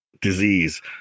disease